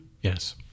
Yes